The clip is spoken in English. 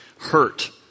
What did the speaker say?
hurt